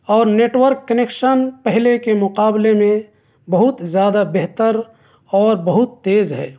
اور network connection پہلے کے مقابلے میں بہت زیادہ بہتر اور بہت تیز ہے